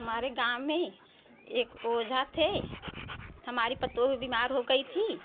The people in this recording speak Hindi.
हमारे गाँव में एक ओझा थे हमारे पतोहू बिमार हो गई थी